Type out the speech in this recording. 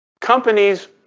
companies